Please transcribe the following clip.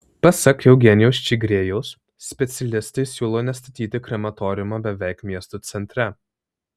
pasak eugenijaus čigriejaus specialistai siūlo nestatyti krematoriumo beveik miesto centre